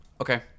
Okay